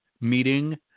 meeting